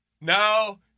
no